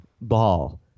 Ball